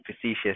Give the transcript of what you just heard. facetious